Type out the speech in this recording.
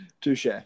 Touche